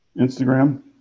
Instagram